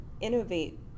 innovate